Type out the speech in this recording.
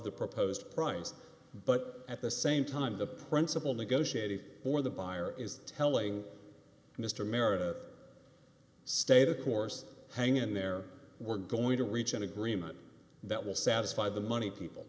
the proposed price but at the same time the principle negotiated or the buyer is telling mr merit stay the course hang in there we're going to reach an agreement that will satisfy the money people